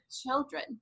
children